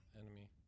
enemy